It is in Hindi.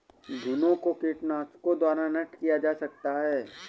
घुनो को कीटनाशकों द्वारा नष्ट किया जा सकता है